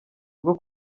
rwo